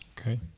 okay